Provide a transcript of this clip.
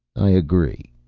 i agree,